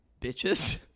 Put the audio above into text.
bitches